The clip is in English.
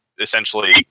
essentially